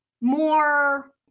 more